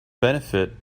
benefit